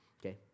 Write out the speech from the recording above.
okay